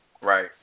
Right